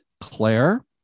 Claire